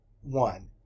one